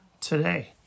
today